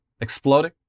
exploding